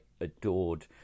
adored